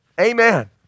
Amen